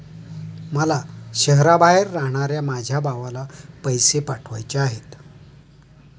मला शहराबाहेर राहणाऱ्या माझ्या भावाला पैसे पाठवायचे आहेत